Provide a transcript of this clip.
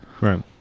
right